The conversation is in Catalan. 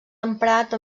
emprat